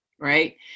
right